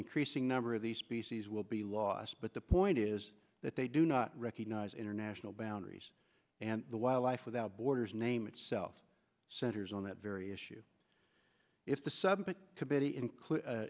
increasing number of these species will be lost but the point is that they do not recognize international boundaries and the wildlife without borders name itself centers on that very issue if the